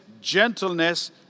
gentleness